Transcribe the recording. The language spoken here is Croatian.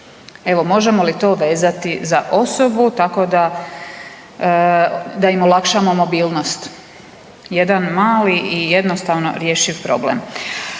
Evo, možemo li to vezati za osobu tako da im olakšamo mobilnost? Jedan mali i jednostavno rješiv problem.